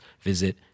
visit